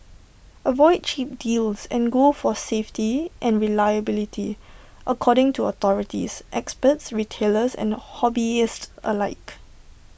avoid cheap deals and go for safety and reliability according to authorities experts retailers and hobbyists alike